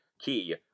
key